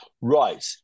Right